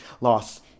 loss